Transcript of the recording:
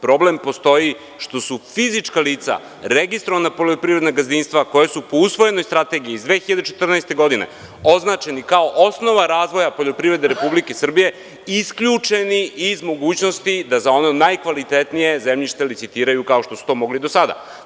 Problem postoji što su fizička lica, registrovana poljoprivredna gazdinstva, koja su po usvojenoj strategiji iz 2014. godine, označeni kao osnova razvoja poljoprivrede Republike Srbije, isključeni iz mogućnosti da za ono najkvalitetnije zemljište licitiraju, kao što su to mogli do sada.